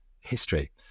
history